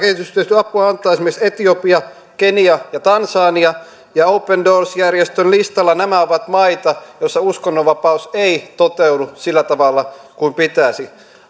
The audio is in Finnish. ovat esimerkiksi etiopia kenia ja tansania ja open doors järjestön listalla nämä ovat maita joissa uskonnonvapaus ei toteudu sillä tavalla kuin pitäisi